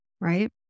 right